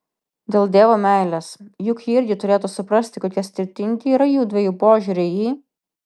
dėl dievo meilės juk ji irgi turėtų suprasti kokie skirtingi yra jųdviejų požiūriai į